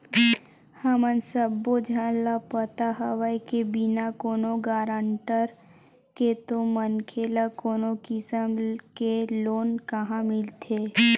हमन सब्बो झन ल पता हवय के बिना कोनो गारंटर के तो मनखे ल कोनो किसम के लोन काँहा मिलथे